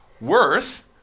worth